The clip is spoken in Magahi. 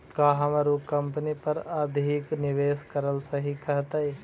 का हमर उ कंपनी पर अधिक निवेश करल सही रहतई?